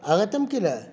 आगतं किल